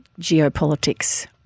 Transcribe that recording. geopolitics